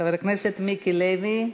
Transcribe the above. חבר הכנסת מיקי לוי.